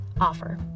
offer